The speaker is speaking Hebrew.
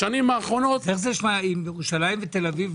בשנים האחרונות --- אם זה לא בירושלים ובתל-אביב,